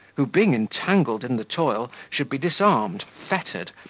who, being entangled in the toil, should be disarmed, fettered,